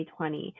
2020